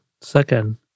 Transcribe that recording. Second